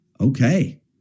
okay